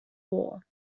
war